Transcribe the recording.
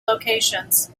locations